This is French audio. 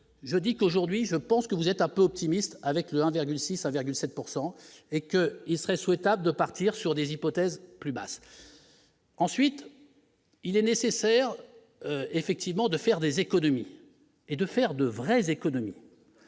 je dis qu'aujourd'hui je pense que vous êtes un peu optimiste avec l'an dernier, si ça virgule 7 pourcent et et que il serait souhaitable de partir sur des hypothèses plus basse. Ensuite, il est nécessaire effectivement de faire des économies et de faire de vrais économique